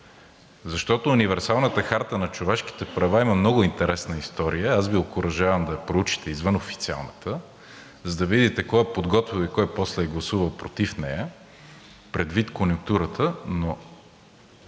Защото универсалната Харта на човешките права има много интересна история. Аз Ви окуражавам да я проучите извън официалната, за да видите кой я е подготвил и кой после е гласувал против нея предвид конюнктурата. Но